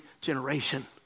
generation